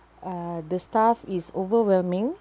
uh the staff is overwhelming